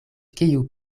kiu